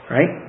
Right